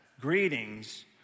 Greetings